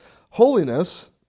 Holiness